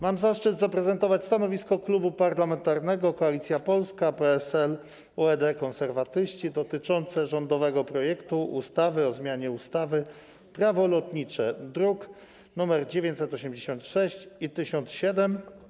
Mam zaszczyt zaprezentować stanowisko Klubu Parlamentarnego Koalicja Polska - PSL, UED, Konserwatyści dotyczące rządowego projektu ustawy o zmianie ustawy Prawo lotnicze, druki nr 986 i 1007.